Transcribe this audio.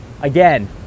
again